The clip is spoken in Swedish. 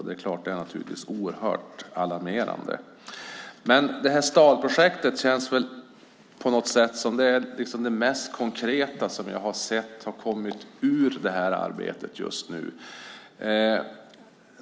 Det är klart att det är oerhört alarmerande. Stadprojektet känns på något sätt som det mest konkreta som har kommit ur detta arbete just nu.